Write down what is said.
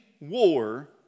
war